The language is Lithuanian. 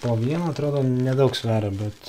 po vieną atrodo nedaug sveria bet